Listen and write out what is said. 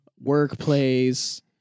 workplace